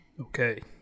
Okay